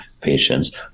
patients